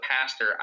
pastor